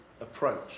approach